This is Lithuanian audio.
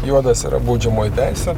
juodas yra baudžiamoji teisė